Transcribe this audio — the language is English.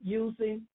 using